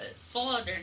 father